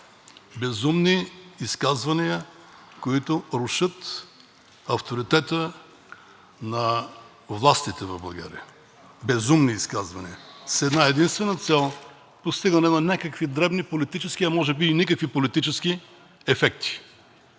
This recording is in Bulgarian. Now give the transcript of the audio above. Безумни изказвания, които рушат авторитета на властите в България! Безумни изказвания с една-единствена цел – постигане на някакви дребни политически, а може би и никакви политически ефекти.